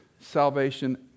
salvation